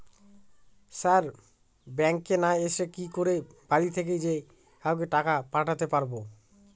Sir ব্যাঙ্কে না এসে কি করে বাড়ি থেকেই যে কাউকে টাকা পাঠাতে পারবো?